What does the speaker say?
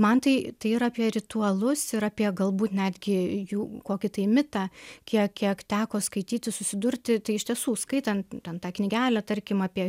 man tai tai yra apie ritualus ir apie galbūt netgi jų kokį tai mitą kie kiek teko skaityti susidurti tai iš tiesų skaitant ten tą knygelę tarkim apie